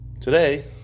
today